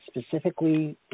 specifically